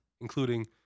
including